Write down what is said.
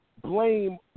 blame